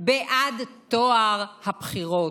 בעד טוהר הבחירות.